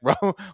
bro